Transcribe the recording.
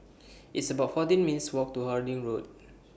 It's about fourteen minutes' Walk to Harding Road